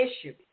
issue